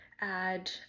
add